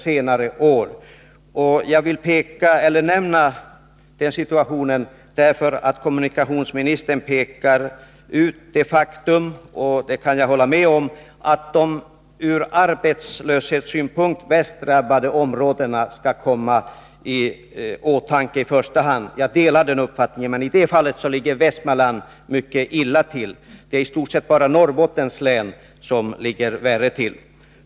Jag har velat nämna detta, eftersom kommunikationsministern framhöll— och detta kan jag hålla med om — att de från arbetslöshetssynpunkt värst drabbade områdena i första hand skall komma i åtanke. Jag delar alltså denna uppfattning, och härvidlag ligger, som bekant, Västmanland mycket illa till. I stort sett är det bara Norrbottens län som har det sämre.